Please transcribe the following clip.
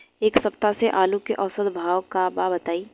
एक सप्ताह से आलू के औसत भाव का बा बताई?